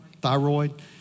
thyroid